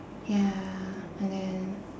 ya and then